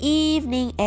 evening